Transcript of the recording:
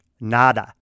Nada